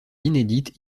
inédites